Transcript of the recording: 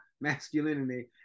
masculinity